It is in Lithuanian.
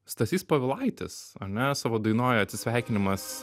stasys povilaitis ar ne savo dainoj atsisveikinimas